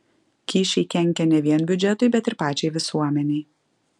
kyšiai kenkia ne vien biudžetui bet ir pačiai visuomenei